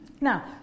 Now